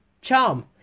Charm